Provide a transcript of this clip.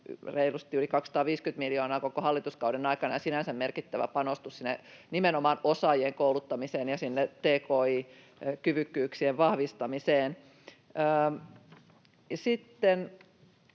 reilusti yli 250 miljoonaa koko hallituskauden aikana ja sinänsä merkittävä panostus nimenomaan sinne osaajien kouluttamiseen ja sinne tki-kyvykkyyksien vahvistamiseen. Sitten